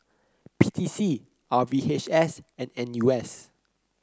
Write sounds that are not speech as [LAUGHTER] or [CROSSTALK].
[NOISE] P T C R V H S and N U S